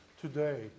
today